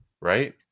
right